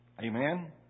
Amen